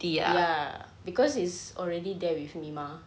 ya because it's already there with me mah